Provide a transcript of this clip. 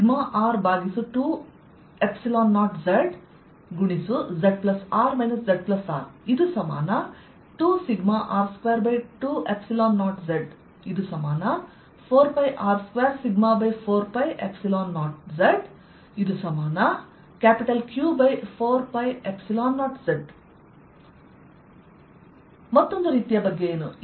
If zR VzσR20zzR zR2σR220z4πR24π0zQ4π0z ಮತ್ತೊಂದು ರೀತಿಯ ಬಗ್ಗೆ ಏನು